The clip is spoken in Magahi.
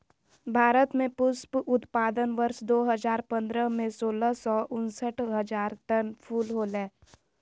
भारत में पुष्प उत्पादन वर्ष दो हजार पंद्रह में, सोलह सौ उनसठ हजार टन फूल होलय